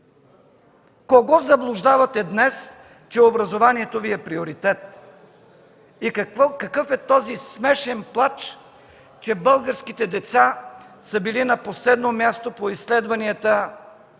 Кого заблуждавате днес, че образованието Ви е приоритет? И какъв е този смешен плач, че българските деца са били на последно място по изследванията